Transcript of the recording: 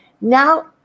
Now